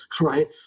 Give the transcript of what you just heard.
right